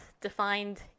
defined